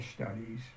studies